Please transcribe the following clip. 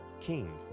King